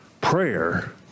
Prayer